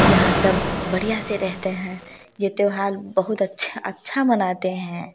यहाँ सब बढ़िया से रहते हैं ये त्योहार बहुत अच्छा अच्छा मनाते है